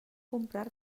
comprar